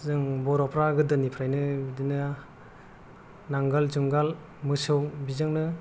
जों बर'फ्रा गोदोनिफ्रायनो बिदिनो नांगाल जुंगाल मोसौ बिजोंनो